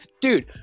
Dude